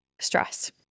stress